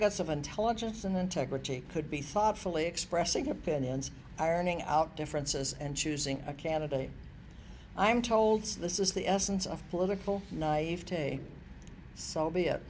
of intelligence and integrity could be thoughtfully expressing opinions ironing out differences and choosing a candidate i am told so this is the essence of political naive today so be it